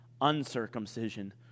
uncircumcision